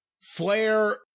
Flair